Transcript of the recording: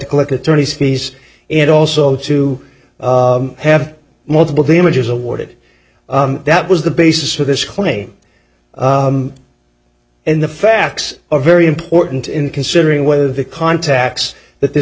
collect attorney's fees and also to have multiple images awarded that was the basis for this claim and the facts are very important in considering whether the contacts that this